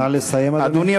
נא לסיים, אדוני.